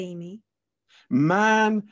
man